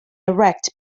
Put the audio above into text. erect